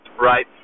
right